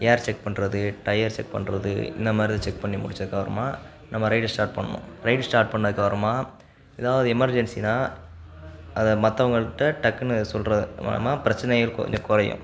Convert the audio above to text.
ஏர் check பண்ணுறது tyre check பண்ணுறது இந்த மாதிரி செக் பண்ணி முடித்ததுக்கப்பறமா நம்ம ரைடை ஸ்டார்ட் பண்ணணும் ரைடை ஸ்டார்ட் பண்ணதுக்கப்புறமா ஏதாவது எமெர்ஜென்சினால் அதை மற்றவங்கள்ட்ட டக்குன்னு சொல்வது மூலமாக பிரச்சினைகள் கொஞ்சம் குறையும்